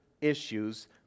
issues